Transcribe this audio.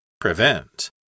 Prevent